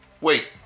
wait